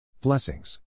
Blessings